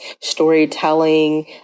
storytelling